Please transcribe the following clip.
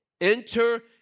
Enter